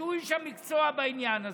שהוא איש המקצוע בעניין הזה,